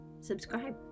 subscribe